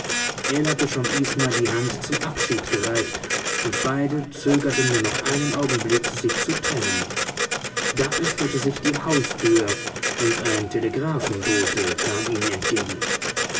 ell hatte schon isma die hand zum abschied gereicht und beide zögerten nur noch einen augenblick sich zu trennen da öffnete sich die haustür und ein telegraphenbote kam ihnen entgegen